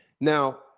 Now